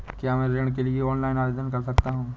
क्या मैं ऋण के लिए ऑनलाइन आवेदन कर सकता हूँ?